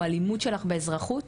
או הלימוד שלך באזרחות?